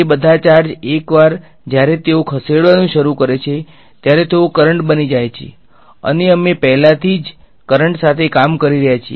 તે બધા ચાર્જ એકવાર જ્યારે તેઓ ખસેડવાનું શરૂ કરે છે ત્યારે તેઓ કરંટ બની જાય છે અને અમે પહેલાથી જ કરંટ સાથે કામ કરી રહ્યા છીએ